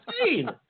insane